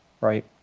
right